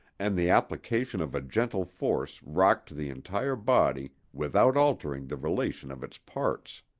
and the application of a gentle force rocked the entire body without altering the relation of its parts.